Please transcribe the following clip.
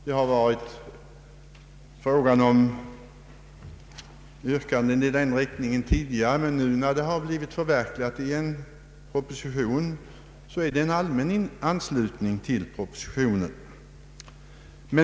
Det har framställts yrkanden i den riktningen tidigare, men när yrkandena nu förverkligas i en proposition är det en allmän anslutning till propositionen.